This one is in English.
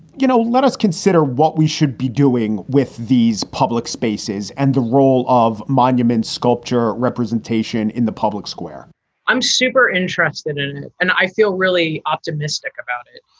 you know, let us consider what we should be doing with these public spaces and the role of monuments, sculpture, representation in the public square i'm super interested in it and i feel really optimistic about it.